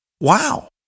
wow